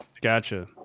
gotcha